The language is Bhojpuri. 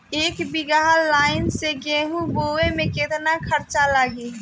एक बीगहा लाईन से गेहूं बोआई में केतना खर्चा लागी?